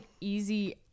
easy